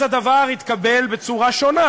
אז הדבר התקבל בצורה שונה